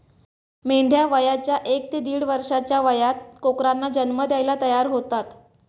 मेंढ्या वयाच्या एक ते दीड वर्षाच्या वयात कोकरांना जन्म द्यायला तयार होतात